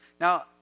Now